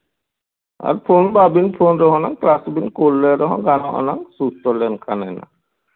ᱟᱫᱚ ᱯᱷᱳᱱ ᱵᱟᱝᱵᱤᱱ ᱯᱷᱳᱱ ᱨᱮᱦᱚᱸ ᱱᱟᱝ ᱠᱞᱟᱥ ᱵᱮᱱ ᱠᱩᱞ ᱞᱮ ᱨᱮᱦᱚᱸ ᱱᱟᱝ ᱜᱟᱱᱚᱜᱼᱟ ᱱᱟᱝ ᱥᱩᱥᱛᱷᱚ ᱞᱮᱱᱠᱷᱟᱱᱮ ᱱᱟᱝ